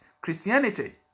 Christianity